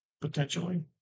potentially